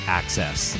access